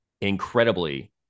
incredibly